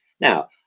now